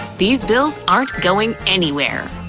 these bills aren't going anywhere.